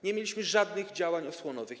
Nie mieliśmy żadnych działań osłonowych.